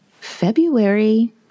February